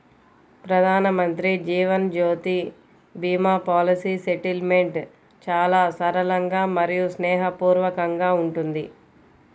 ప్రధానమంత్రి Jeevan Jyoti Bima policy settlement చాలా సరళంగా మరియు స్నేహపూర్వకంగా ఉంటుంది